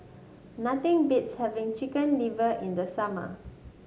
nothing beats having Chicken Liver in the summer